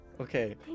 okay